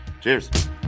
Cheers